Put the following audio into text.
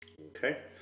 okay